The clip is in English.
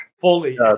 fully